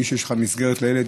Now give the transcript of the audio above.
בלי שיש לך מסגרת לילד.